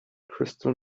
crystal